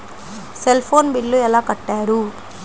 Cell phone bill ఎలా కట్టారు?